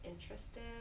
interested